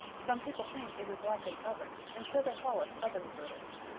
some people think it is like an oven and so they call us oven birds.